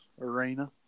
Arena